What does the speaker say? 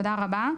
תודה רבה.